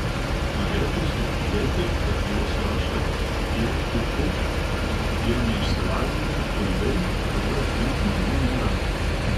norėtųsi tikėti kad juos rašo tie kiti tie neišsilavinę kuiliai kurių aplink mane nėra